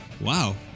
Wow